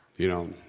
you know,